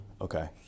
Okay